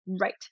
right